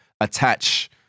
attach